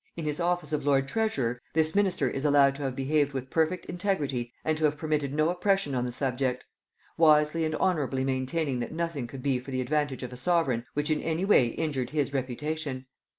in his office of lord treasurer, this minister is allowed to have behaved with perfect integrity and to have permitted no oppression on the subject wisely and honorably maintaining that nothing could be for the advantage of a sovereign which in any way injured his reputation.